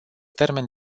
termen